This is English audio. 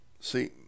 See